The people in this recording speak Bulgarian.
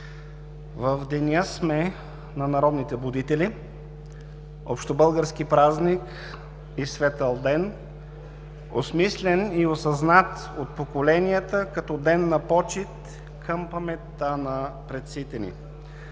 В Деня сме на народните будители, общобългарски празник и светъл ден, осмислен и осъзнат от поколенията като ден на почит към паметта на предците ни